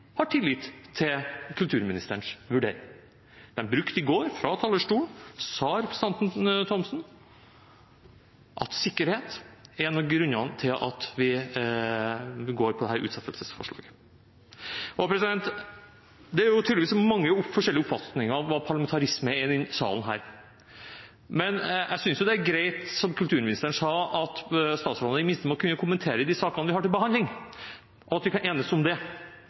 har tillit til kulturministerens vurdering. I går fra talerstolen sa representanten Thomsen at sikkerhet var en av grunnene til at de gikk inn for utsettelsesforslaget. Det er tydeligvis mange forskjellige oppfatninger i denne salen av hva parlamentarisme er. Jeg synes det er greit, som kulturministeren sa, at statsrådene i det minste må kunne kommentere de sakene vi har til behandling, og at vi kan enes om det.